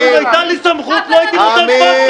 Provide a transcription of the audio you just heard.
גם אם הייתה לי סמכות לא הייתי נותן פקטור.